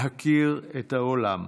להכיר את העולם.